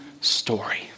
story